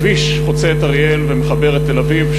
כביש חוצה את אריאל ומחבר את תל-אביב,